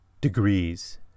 degrees